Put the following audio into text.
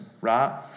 right